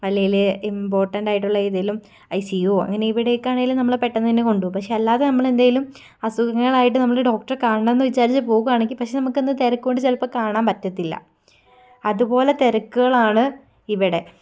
അല്ലേല് ഇമ്പോർട്ടൻറ്റായിട്ടുള്ള ഏതേലും ഐസിയുവോ അങ്ങനെ എവിടേക്കാണേലും നമ്മളെ പെട്ടന്ന് തന്നെ കൊണ്ട് പോകും പക്ഷെ അല്ലാതെ നമ്മളെന്തേലും അസുഖങ്ങളായിട്ട് നമ്മള് ഡോക്ടറെ കാണണം എന്ന് വിചാരിച്ച് പോകുവാണെങ്കിൽ പക്ഷെ നമുക്ക് അന്ന് തിരക്ക് കൊണ്ട് ചിലപ്പം കാണാൻ പറ്റത്തില്ല അതുപോലെ തിരക്കുകളാണ് ഇവിടെ